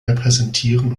repräsentieren